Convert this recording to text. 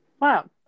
wow